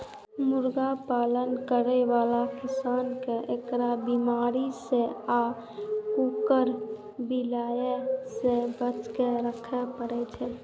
मुर्गी पालन करै बला किसान कें एकरा बीमारी सं आ कुकुर, बिलाय सं बचाके राखै पड़ै छै